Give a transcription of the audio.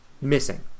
missing